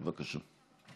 איננו,